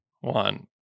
one